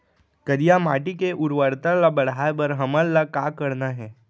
करिया माटी के उर्वरता ला बढ़ाए बर हमन ला का करना हे?